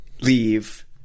leave